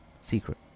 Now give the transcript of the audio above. secret